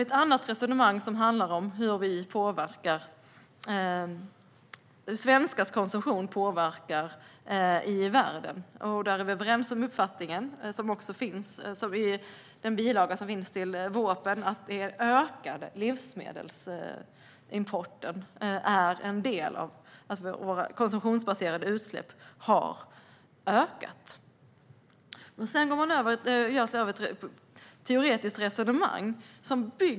Ett annat resonemang handlar om hur svenskars konsumtion påverkar i världen. Där är vi överens om uppfattningen - som också finns i bilagan till vårpropositionen - att den ökade livsmedelsimporten är en del i att våra konsumtionsbaserade utsläpp har ökat. Sedan går Gjörtler över till ett teoretiskt resonemang.